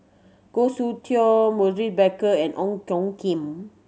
Goh Soon Tioe Maurice Baker and Ong Tjoe Kim